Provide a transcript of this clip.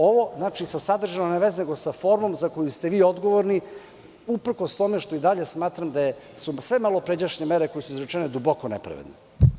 Ovo sa sadržinom nema veze, nego sa formom za koju ste vi odgovorni, uprkos tome što i dalje smatram da su sve malopređašnje mere koje su izrečene duboko nepravedne.